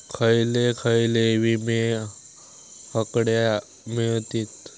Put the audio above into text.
खयले खयले विमे हकडे मिळतीत?